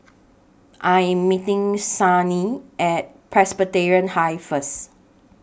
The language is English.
I Am meeting Signe At Presbyterian High First